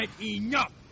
enough